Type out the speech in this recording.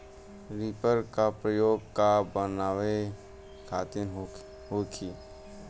Reaper का प्रयोग का बनावे खातिन होखि?